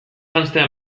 janztea